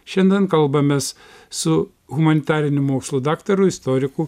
šiandien kalbamės su humanitarinių mokslų daktaru istoriku